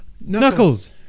Knuckles